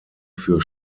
für